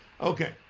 Okay